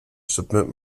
submit